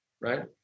right